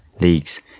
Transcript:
leagues